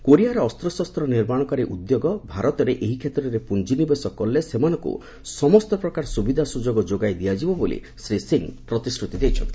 କୋରିଆର ଅସ୍ତ୍ରଶସ୍ତ୍ର ନିର୍ମାଣକାରୀ ଉଦ୍ୟୋଗ ଭାରତରେ ଏହି କ୍ଷେତ୍ରରେ ପୁଞ୍ଜି ନିବେଶ କଲେ ସେମାନଙ୍କୁ ସମସ୍ତ ପ୍ରକାର ସୁବିଧା ସୁଯୋଗ ଯୋଗାଇ ଦିଆଯିବ ବୋଲି ଶ୍ରୀ ସିଂ ପ୍ରତିଶ୍ରତି ଦେଇଛନ୍ତି